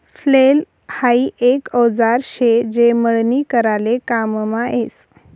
flail हाई एक औजार शे जे मळणी कराले काममा यस